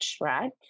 right